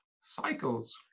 cycles